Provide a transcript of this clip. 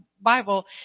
Bible